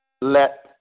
let